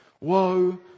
Woe